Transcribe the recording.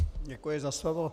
Děkuji za slovo.